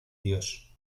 dios